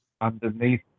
underneath